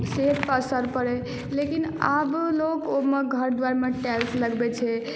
सेहत पर असर परै लेकिन आब लोग ओहिमे घर द्वारिमे टाइल्स लगबै छै